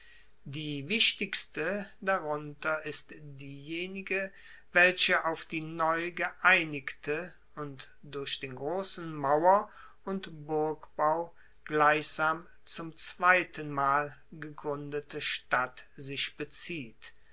die wichtigste darunter ist diejenige welche auf die neu geeinigte und durch den grossen mauer und burgbau gleichsam zum zweitenmal gegruendete stadt sich bezieht